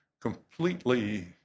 completely